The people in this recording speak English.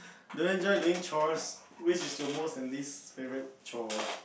do you enjoy doing chores which is your most and least favourite chore